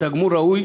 בתגמול ראוי,